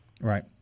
Right